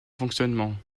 fonctionnement